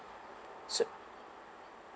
so